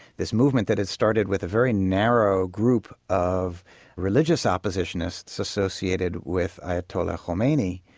this movement that had started with a very narrow group of religious oppositionists associated with ayatollah khomeini,